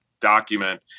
document